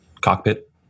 cockpit